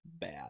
bad